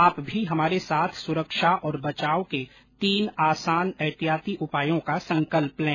आप भी हमारे साथ सुरक्षा और बचाव के तीन आसान एहतियाती उपायों का संकल्प लें